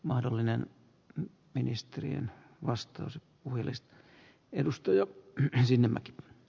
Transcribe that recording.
mahdollinen on ministeriön vastaus puhelinstä edustaja sinnemäki